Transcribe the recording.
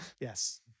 Yes